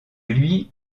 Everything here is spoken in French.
lui